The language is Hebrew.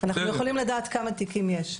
אנחנו יכולים לדעת כמה תיקים יש.